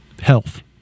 health